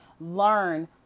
learn